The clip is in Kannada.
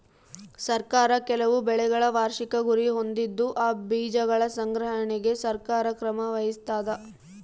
ಸರ್ಕಾರ ಕೆಲವು ಬೆಳೆಗಳ ವಾರ್ಷಿಕ ಗುರಿ ಹೊಂದಿದ್ದು ಆ ಬೀಜಗಳ ಸಂಗ್ರಹಣೆಗೆ ಸರ್ಕಾರ ಕ್ರಮ ವಹಿಸ್ತಾದ